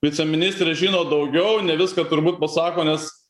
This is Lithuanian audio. viceministrai žino daugiau ne viską turbūt pasako nes